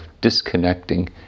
disconnecting